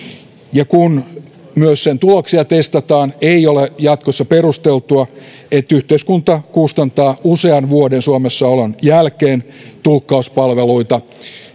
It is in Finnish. ja kun myös sen tuloksia testataan ei ole jatkossa perusteltua että yhteiskunta kustantaa usean vuoden suomessa olon jälkeen tulkkauspalveluita niin